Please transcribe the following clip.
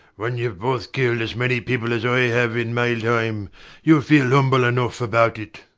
when youve both killed as many people as i have in my time youll feel humble enough about it.